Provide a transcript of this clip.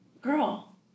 girl